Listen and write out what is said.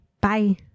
Bye